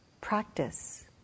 practice